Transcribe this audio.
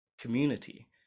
community